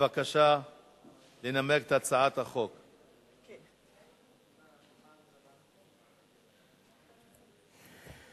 תועבר לדיון כהצעה לסדר-היום לוועדת הפנים והגנת הסביבה.